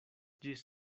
ĝis